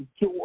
joy